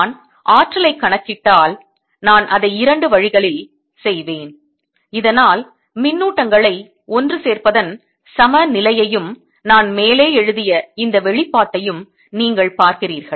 நான் ஆற்றலைக் கணக்கிட்டால் நான் அதை இரண்டு வழிகளில் செய்வேன் இதனால் மின்னூட்டங்களை ஒன்று சேர்ப்பதன் சமநிலையையும் நான் மேலே எழுதிய இந்த வெளிப்பாட்டையும் நீங்கள் பார்க்கிறீர்கள்